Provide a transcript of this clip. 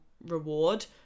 reward